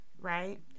right